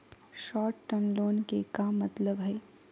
Short term loan के का मतलब हई?